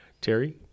Terry